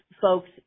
folks